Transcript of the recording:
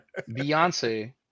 Beyonce